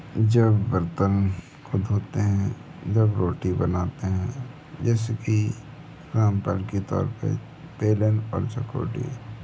जब बर्तन को धोते हैं जब रोटी बनाते हैं जैसे कि जाम्पल के तौर पर बेलन और चकोटी